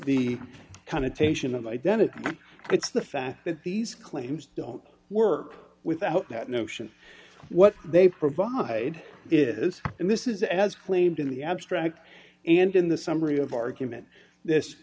the connotation of identity it's the fact that these claims don't work without that notion what they provide is and this is as claimed in the abstract and in the summary of argument this